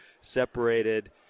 separated